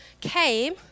came